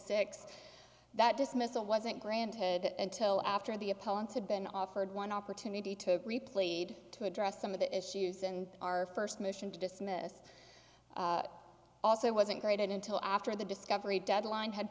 six that dismissal wasn't granted until after the opponents had been offered one opportunity to replayed to address some of the issues and our first mission to dismiss also wasn't great until after the discovery deadline had